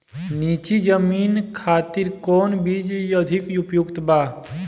नीची जमीन खातिर कौन बीज अधिक उपयुक्त बा?